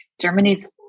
Germany's